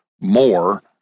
more